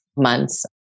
months